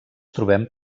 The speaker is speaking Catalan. trobem